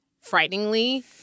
frighteningly